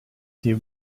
that